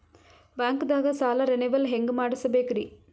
ಬ್ಯಾಂಕ್ದಾಗ ಸಾಲ ರೇನೆವಲ್ ಹೆಂಗ್ ಮಾಡ್ಸಬೇಕರಿ?